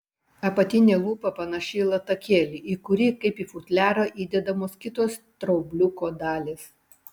apatinė lūpa panaši į latakėlį į kurį kaip į futliarą įdedamos kitos straubliuko dalys